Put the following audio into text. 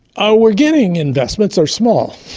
ah we're getting investments. they're small.